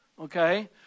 okay